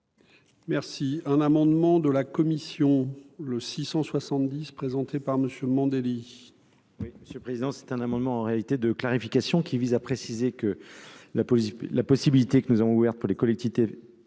Merci, un amendement de la commission le 670 présenté par monsieur Mandelli.